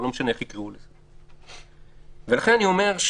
בכל מקרה,